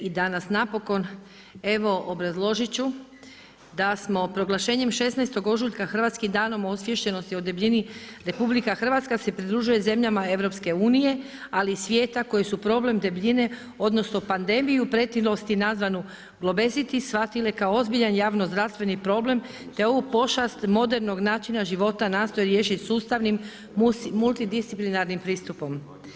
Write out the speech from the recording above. I danas napokon evo obrazložiti ću da smo proglašenjem 16. ožujka hrvatskim danom osviještenosti o debljini, RH se pridružuje zemljama EU ali i svijeta koji su problem debljine, odnosno pandemiju pretilosti nazvanu Globesiti shvatile kao ozbiljan javno zdravstveni problem te ovu pošast modernog načina života nastoje riješiti sustavnim multidisciplinarnim pristupom.